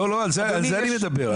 לא, על זה אני מדבר.